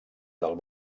del